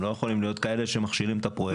הם לא יכולים להיות כאלה שמכשילים את הפרויקט.